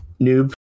Noob